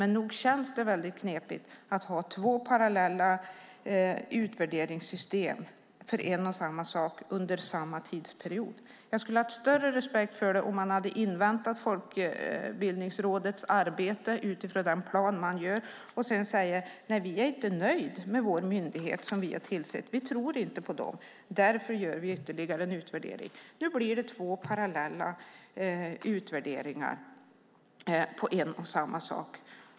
Nog känns det väldigt knepigt att ha två parallella utvärderingssystem för en och samma sak under samma tidsperiod. Jag skulle ha haft större respekt för det om man inväntat Folkbildningsrådets arbete utifrån den plan man har och sedan sagt: Nej, vi är inte nöjda med vår myndighet - vi tror inte på den, och därför gör vi ytterligare en utvärdering. Nu blir det två parallella utvärderingar om en och samma sak.